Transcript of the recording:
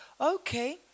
Okay